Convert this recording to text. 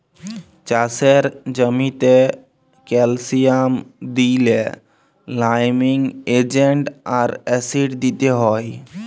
চাষের জ্যামিতে ক্যালসিয়াম দিইলে লাইমিং এজেন্ট আর অ্যাসিড দিতে হ্যয়